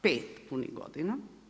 5 punih godina.